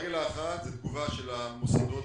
הרגל האחת זו תגובה של המוסדות